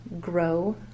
grow